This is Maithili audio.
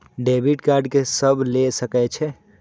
डेबिट कार्ड के सब ले सके छै?